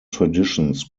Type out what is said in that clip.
traditions